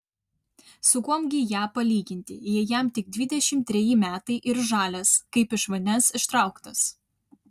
su kuom gi ją palyginti jei jam tik dvidešimt treji metai ir žalias kaip iš vandens ištrauktas